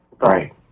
Right